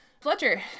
Fletcher